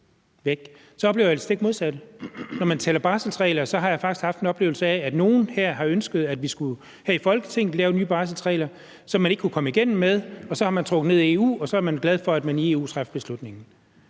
jeg oplever det stik modsatte. Når vi taler barselsregler, har jeg faktisk haft en oplevelse af, at nogle her har ønsket, at vi her i Folketinget skulle lave nye barselsregler, som man ikke kunne komme igennem med, og så er man trukket ned i EU, og så er man glade for, at beslutningen